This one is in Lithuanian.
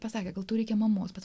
pasakė gal tau reikia mamos bet